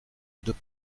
deux